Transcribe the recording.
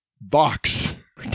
box